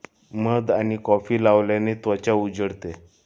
मध आणि कॉफी लावल्याने त्वचा उजळते